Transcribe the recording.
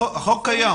החוק קיים.